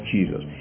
Jesus